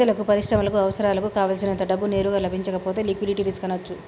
ప్రజలకు, పరిశ్రమలకు అవసరాలకు కావల్సినంత డబ్బు నేరుగా లభించకపోతే లిక్విడిటీ రిస్క్ అనొచ్చు